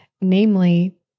namely